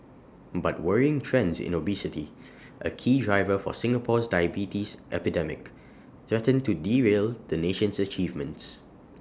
but worrying trends in obesity A key driver for Singapore's diabetes epidemic threaten to derail the nation's achievements